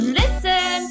listen